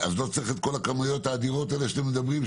אז לא צריך את כל הכמויות האדירות האלה שאתם מדברים עליהן